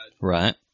Right